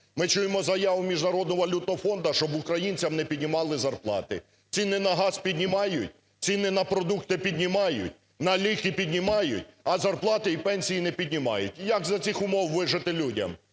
Ми чуємо заяву Міжнародного валютного фонду, щоб українцям не піднімали зарплати. Ціни на газ піднімають, ціни на продукти піднімають, на ліки піднімають, а зарплати і пенсії не піднімають. І як за цих умов вижити людям?